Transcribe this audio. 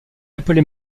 appelée